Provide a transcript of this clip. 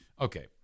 Okay